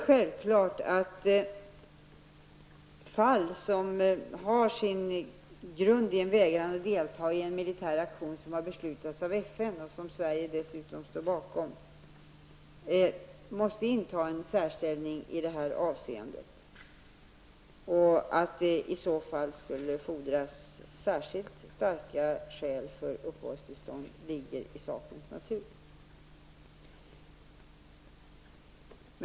Självklart måste dock fall, som har sin grund i en vägran i att delta i en militär aktion beslutad av FN, ett beslut som Sverige står bakom, inta en särställning i detta avseende. Att det i sådana fall skulle fordras särskilt starka skäl för uppehållstillstånd här ligger i sakens natur.